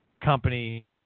company